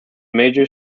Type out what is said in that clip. major